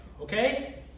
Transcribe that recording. Okay